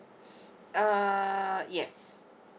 uh yes